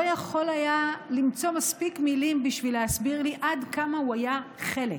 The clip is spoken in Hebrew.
לא יכול היה למצוא מספיק מילים בשביל להסביר לי עד כמה הוא היה חלק,